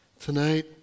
tonight